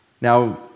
Now